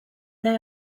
they